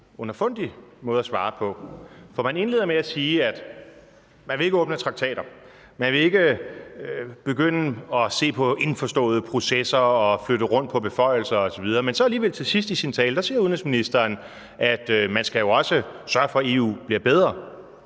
underfundig måde at svare på, for man indleder med at sige, at man ikke vil åbne traktater, at man ikke vil begynde at se på indforståede processer og flytte rundt på beføjelser osv. Men så alligevel til sidst i sin tale siger udenrigsministeren, at man jo også skal sørge for, at EU bliver bedre.